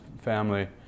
family